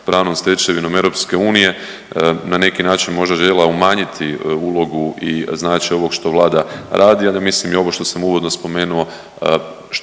pravnom stečevinom Europske unije, na neki način možda željela umanjiti ulogu i značaj ovoga što Vlada radi. A da mislim i ovo što sam uvodno spomenuo